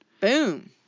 Boom